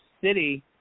City